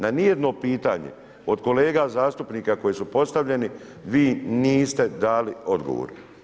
Na ni jedno pitanje od kolega zastupnika koje su postavljeni vi niste dali odgovor.